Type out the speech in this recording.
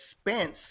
Spence